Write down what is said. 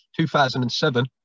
2007